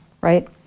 right